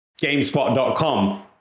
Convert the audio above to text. Gamespot.com